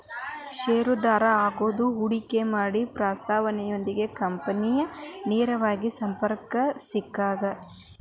ಷೇರುದಾರರಾಗೋದು ಹೂಡಿಕಿ ಮಾಡೊ ಪ್ರಸ್ತಾಪದೊಂದಿಗೆ ಕಂಪನಿನ ನೇರವಾಗಿ ಸಂಪರ್ಕಿಸಿದಂಗಾಗತ್ತ